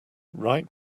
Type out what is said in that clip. right